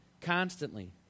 constantly